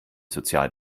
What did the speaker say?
sozial